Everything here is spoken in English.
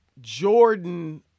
Jordan